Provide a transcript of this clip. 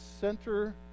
center